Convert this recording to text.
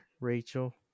Rachel